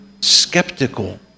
skeptical